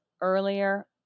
earlier